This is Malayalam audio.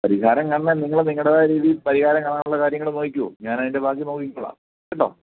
പരിഹാരം കണ്ടാൽ നിങ്ങൾ നിങ്ങൾടേതായ രീതിയിൽ പരിഹാരങ്ങൾ കാണാനുള്ള കാര്യങ്ങൾ നോക്കിക്കോളാം ഞാനതിൻറ്റെ ബാക്കി നോക്കിക്കോളാം കേട്ടോ